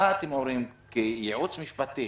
מה אתם אומרים כייעוץ משפטי